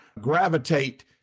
gravitate